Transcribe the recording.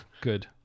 good